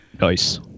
Nice